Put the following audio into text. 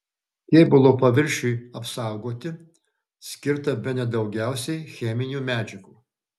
kėbulo paviršiui apsaugoti skirta bene daugiausiai cheminių medžiagų